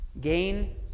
gain